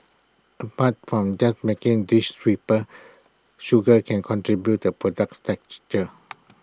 apart from just making A dish sweeter sugar can contribute to A product's texture